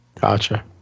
gotcha